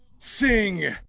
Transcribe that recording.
Sing